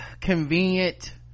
convenient